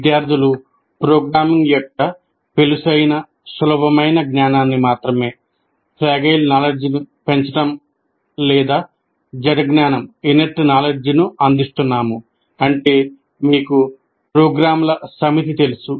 విద్యార్థులు ప్రోగ్రామింగ్ యొక్క పెళుసైనసులభమైన జ్ఞానాన్ని అందిస్తున్నాము అంటే మీకు ప్రోగ్రామ్ల సమితి తెలుసు